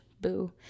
boo